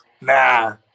Nah